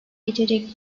geçecek